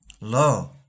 Lo